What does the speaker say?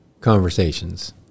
conversations